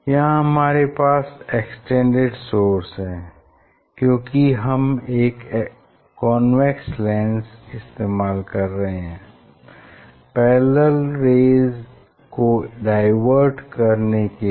यहाँ हमारे पास एक्सटेंडेड सोर्स है क्योंकि हम एक कॉन्वेक्स लेंस इस्तेमाल कर रहे है पैरेलल रेज़ को डाईवर्ज करने के लिए